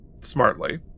smartly